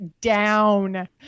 down